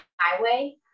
highway